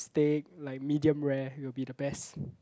steak like medium rare will be the best